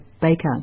Baker